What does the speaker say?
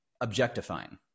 objectifying